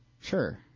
Sure